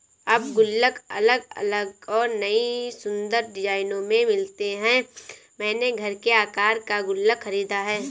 अब गुल्लक अलग अलग और नयी सुन्दर डिज़ाइनों में मिलते हैं मैंने घर के आकर का गुल्लक खरीदा है